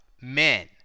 men